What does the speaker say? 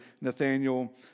Nathaniel